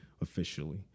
officially